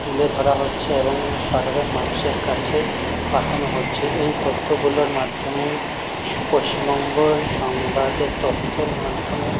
তুলে ধরা হচ্ছে এবং সাধারণ মানুষের কাছে পাঠানো হচ্ছে এই তথ্যগুলোর মাধ্যমে পশ্চিমবঙ্গ সংবাদের তথ্যের মাধ্যমে